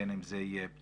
בין אם זה פצועים,